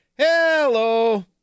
hello